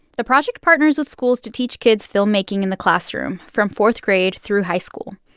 the project partners with schools to teach kids filmmaking in the classroom from fourth grade through high school.